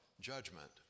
judgment